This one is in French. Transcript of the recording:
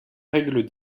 règles